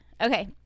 Okay